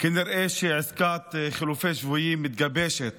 כנראה הצעת חילופי שבויים מתגבשת